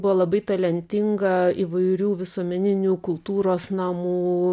buvo labai talentinga įvairių visuomeninių kultūros namų